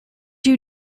you